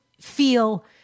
feel